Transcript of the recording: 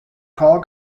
call